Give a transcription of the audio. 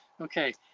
okay